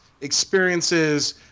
experiences